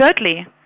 Thirdly